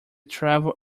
travel